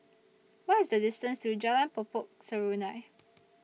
What IS The distance to Jalan Po Pokok Serunai